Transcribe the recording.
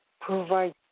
provide